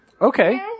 Okay